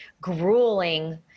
grueling